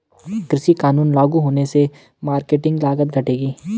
कृषि कानून लागू होने से मार्केटिंग लागत घटेगी